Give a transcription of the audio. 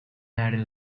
ideal